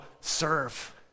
serve